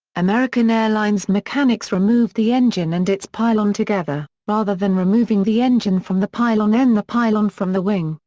american airlines mechanics removed the engine and its pylon together, rather than removing the engine from the pylon then the pylon from the wing,